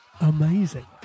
amazing